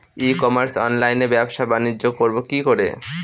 ই commerce অনলাইনে ব্যবসা বানিজ্য করব কি করে?